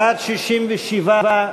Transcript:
בעד 67,